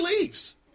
leaves